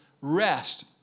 rest